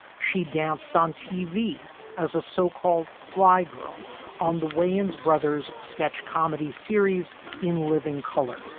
she danced on tv as a so-called fly girl on the wayans brothers sketch comedy series in living color.